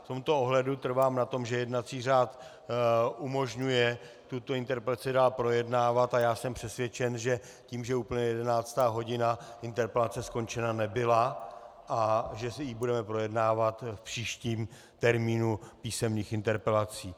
V tomto ohledu trvám na tom, že jednací řád umožňuje tuto interpelaci dál projednávat, a jsem přesvědčen, že tím, že uplyne jedenáctá hodina, interpelace skončena nebyla a že ji budeme projednávat v příštím termínu písemných interpelací.